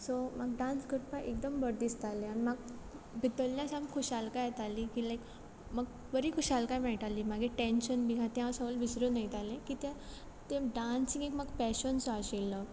so म्हाका dance करपा एकदम बरो दिसतालें आनी म्हाका भितरल्या सा खुशालकाय येताली की लायक म्हाका बरी खुशालकाय मेयटाली मागीर टेंशन बीन आहा तें हांव सगलें विसरोन वयतालें किद्या ते डान्स न्ही म्हाका पॅशन सो आशिल्लो